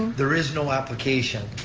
there is no application.